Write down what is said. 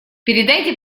передайте